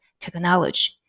technology